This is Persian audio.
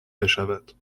بشود